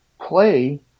play